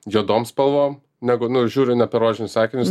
juodom spalvom negu nu žiūriu ne per rožinius akinius